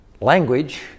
language